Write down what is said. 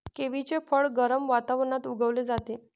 किवीचे फळ गरम वातावरणात उगवले जाते